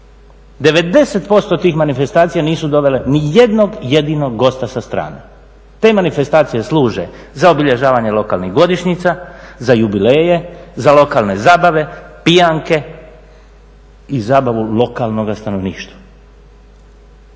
90% tih manifestacija nisu dovele ni jednog jedinog gosta sa strane. Te manifestacije služe za obilježavanje lokalnih godišnjica, za jubileje, za lokalne zabave, pijanke i zabavu lokalnog stanovništva.